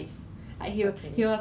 but then 其实我蛮喜欢